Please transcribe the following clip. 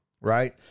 right